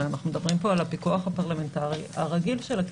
הרי אנחנו מדברים פה על הפיקוח הפרלמנטרי הרגיל של הכנסת.